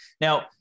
Now